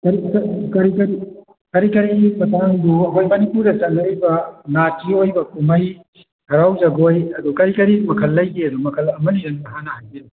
ꯀꯔꯤ ꯀꯔꯤ ꯀꯔꯤ ꯀꯔꯤ ꯀꯔꯤ ꯀꯔꯤ ꯃꯇꯥꯡꯅꯣ ꯑꯩꯈꯣꯏ ꯃꯅꯤꯄꯨꯔꯗ ꯆꯠꯅꯔꯤꯕ ꯅꯥꯠꯀꯤ ꯑꯣꯏꯕ ꯀꯨꯝꯍꯩ ꯍꯔꯥꯎ ꯖꯒꯣꯏ ꯑꯗꯨ ꯀꯔꯤ ꯀꯔꯤ ꯃꯈꯜ ꯂꯩꯒꯦꯗꯨ ꯃꯈꯜ ꯑꯃꯅꯤꯗꯪ ꯍꯥꯟꯅ ꯍꯥꯏꯕꯤꯔꯛꯑꯣ